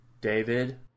David